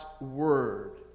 word